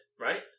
right